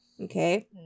okay